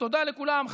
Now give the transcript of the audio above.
תודה לכולם.